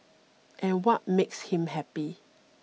and what makes him happy